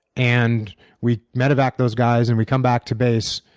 and we medevac those guys and we come back to base.